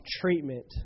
treatment